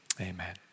Amen